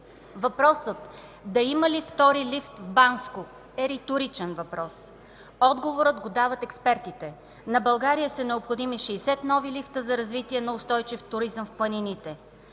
Въпросът да има ли втори лифт в Банско е риторичен въпрос. Отговорът го дават експертите. На България са необходими 60 нови лифта за развитие на устойчив туризъм в планините.